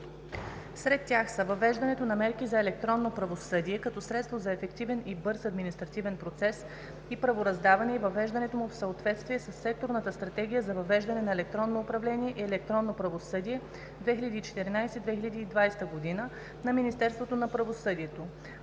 Сред тях са: въвеждането на мерки за електронно правосъдие като средство за ефективен и бърз административен процес и правораздаване, и въвеждането му в съответствие със Секторната стратегия за въвеждане на електронно управление и електронно правосъдие 2014 – 2020 г. на Министерството на правосъдието;